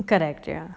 correct ya